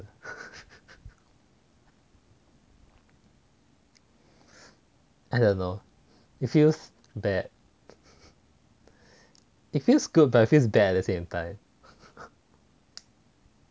I don't know it feels bad it feels good but it feels bad the same time